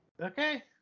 Okay